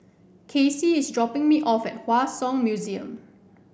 Kacy is dropping me off at Hua Song Museum